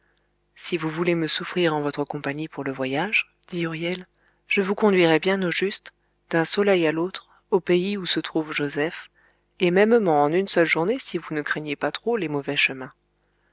si vous voulez me souffrir en votre compagnie pour le voyage dit huriel je vous conduirai bien au juste d'un soleil à l'autre au pays où se trouve joseph et mêmement en une seule journée si vous ne craignez pas trop les mauvais chemins